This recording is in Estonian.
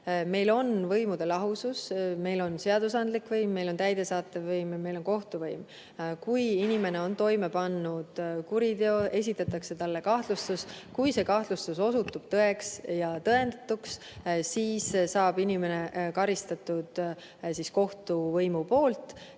Meil on võimude lahusus, meil on seadusandlik võim, meil on täidesaatev võim ja meil on kohtuvõim. Kui inimene on toime pannud kuriteo, esitatakse talle kahtlustus. Kui kahtlustus osutub tõeks ja tõendatuks, siis saab inimene karistatud kohtuvõimu poolt.